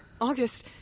August